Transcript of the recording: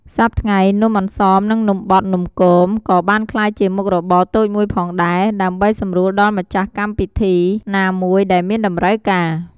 សព្វថ្ងៃនំអន្សម និងនំបត់នំគម ក៏បានក្លាចជាមុខរបតូចមួយផងដែរ ដើម្បីសម្រួលដល់ម្ចាស់់កម្មពីធីណាមួយដែលមានតម្រូវការ។